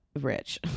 rich